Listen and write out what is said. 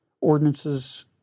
Ordinances